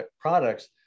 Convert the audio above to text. products